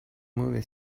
movie